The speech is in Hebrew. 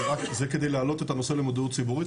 זה כדי להעלות את הנושא למודעות ציבורית.